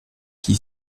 qui